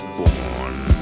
born